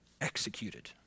executed